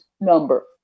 number